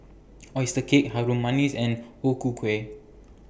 Oyster Cake Harum Manis and O Ku Kueh